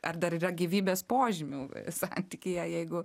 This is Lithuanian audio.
ar dar yra gyvybės požymių santykyje jeigu